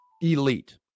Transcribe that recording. elite